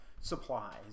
supplies